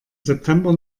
september